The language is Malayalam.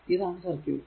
ഇതാണ് സർക്യൂട്